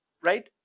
right?